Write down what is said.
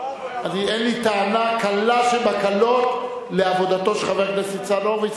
אין לי טענה קלה שבקלות לעבודתו של חבר הכנסת ניצן הורוביץ,